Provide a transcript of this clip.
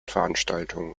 veranstaltungen